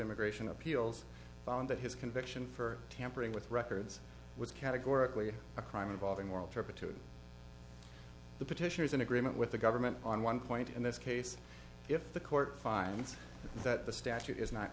immigration appeals found that his conviction for tampering with records was categorically a crime involving moral turpitude the petitioner is in agreement with the government on one point in this case if the court finds that the statute is not